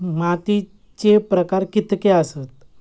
मातीचे प्रकार कितके आसत?